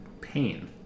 pain